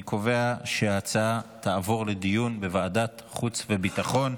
אני קובע שההצעה תעבור לדיון בוועדת החוץ והביטחון.